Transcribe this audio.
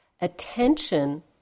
Attention